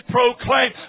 proclaim